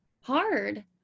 hard